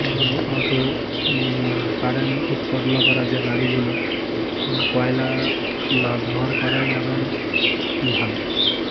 অতো কারেন্ট উৎপাদন করা যে গাড়িগুলো কয়লা না ব্যবহার করাই এখন ভালো